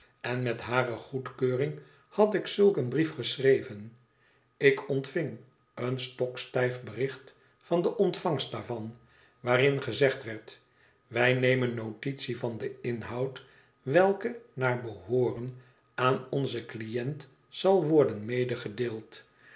en met hare goedkeuring had ik zulk een brief geschreven ik ontving een stokstijf bericht van de ontvangst daarvan waarin gezegd werd wij nemen notitie van den inhoud welke naar behooren aan onzen cliënt zal worden